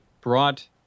brought